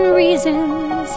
reasons